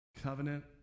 covenant